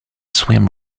swim